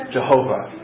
Jehovah